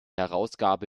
herausgabe